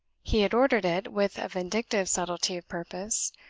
he had ordered it, with a vindictive subtlety of purpose,